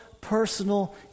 personal